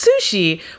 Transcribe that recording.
sushi